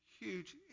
huge